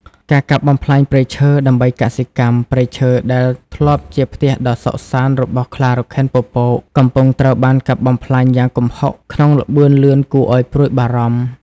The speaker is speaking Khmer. ការកាប់បំផ្លាញព្រៃឈើដើម្បីកសិកម្ម ព្រៃឈើដែលធ្លាប់ជាផ្ទះដ៏សុខសាន្តរបស់ខ្លារខិនពពក កំពុងត្រូវបានកាប់បំផ្លាញយ៉ាងគំហុកក្នុងល្បឿនលឿនគួរឲ្យព្រួយបារម្ភ។